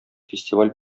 фестиваль